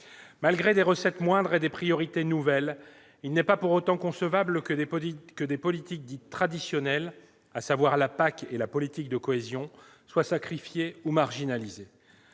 Malgré des recettes moindres et des priorités nouvelles, il n'est pas concevable que les politiques dites « traditionnelles », à savoir la PAC et la politique de cohésion, soient sacrifiées ou marginalisées.